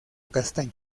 castaño